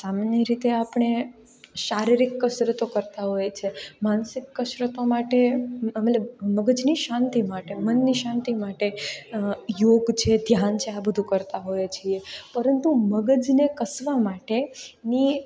સામાન્ય રીતે આપણે શારીરિક કસરતો કરતાં હોઈએ છીએ માનસિક કસરતો માટે મતલબ મગજની શાંતિ માટે મનની શાંતિ માટે યોગ છે ધ્યાન છે આ બધું કરતા હોઇએ છીએ પરંતુ મગજને કસવા માટેની